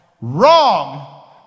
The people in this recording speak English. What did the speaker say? wrong